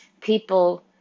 people